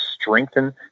strengthen